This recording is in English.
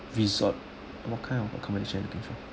resort what kind of accommodation you looking for